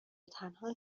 تنها